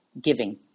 giving